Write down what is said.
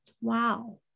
wow